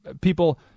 people